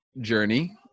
journey